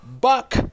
buck